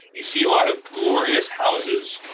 you see a lot of glorious houses.